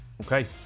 okay